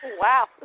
Wow